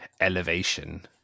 Elevation